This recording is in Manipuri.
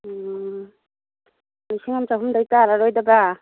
ꯎꯝ ꯂꯤꯁꯤꯡ ꯑꯃ ꯆꯍꯨꯝꯗꯒꯤ ꯇꯥꯔꯔꯣꯏꯗꯕ꯭ꯔꯥ